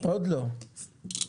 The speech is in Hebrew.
עוד לא,